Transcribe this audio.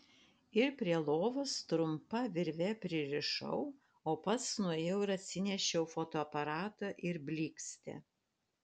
ir prie lovos trumpa virve pririšau o pats nuėjau ir atsinešiau fotoaparatą ir blykstę